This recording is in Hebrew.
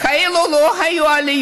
כאלה עליות לא היו.